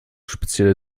spezielle